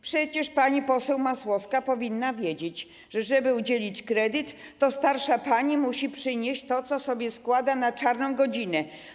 Przecież pani poseł Masłowska powinna wiedzieć, że żeby udzielić kredytu, to starsza pani musi przynieść to, co sobie składa na czarną godzinę.